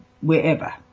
wherever